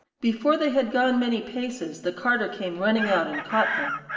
before they had gone, many paces, the carter came running out and caught them.